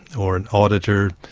or an auditor,